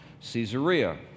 Caesarea